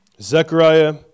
Zechariah